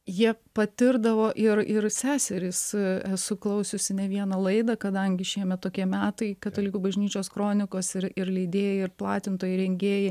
jie patirdavo ir ir seserys esu klausiusi ne vieną laidą kadangi šiemet tokie metai katalikų bažnyčios kronikos ir ir leidėjai ir platintojai rengėjai